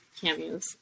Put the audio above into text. cameos